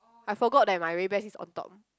I forgot that my Ray Ban is on top